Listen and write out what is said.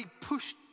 pushed